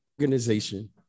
organization